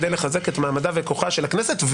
כדי לחזק את מעמדה וכוחה של הכנסת,